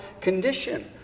condition